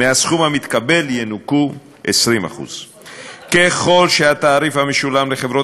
מהסכום המתקבל ינוכו 20%. ככל שהתעריף המשולם לחברות